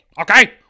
okay